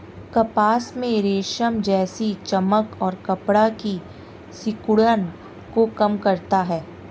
कपास में रेशम जैसी चमक और कपड़ा की सिकुड़न को कम करता है